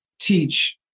teach